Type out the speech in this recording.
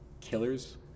Killers